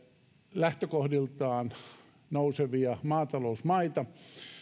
lähtökohdiltaan hyvätasoisiksi nousevia maatalousmaita